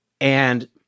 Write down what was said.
And-